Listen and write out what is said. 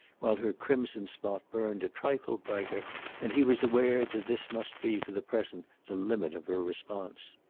while her crimson spot burned a trifle brighter and he was aware that this must be for the present the limit of her response.